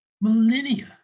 millennia